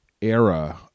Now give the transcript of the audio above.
era